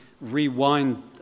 rewind